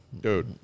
Dude